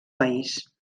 país